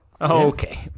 Okay